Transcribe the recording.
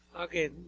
Okay